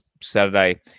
Saturday